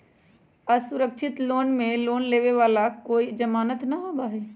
असुरक्षित लोन में लोन लेवे वाला के कोई जमानत न होबा हई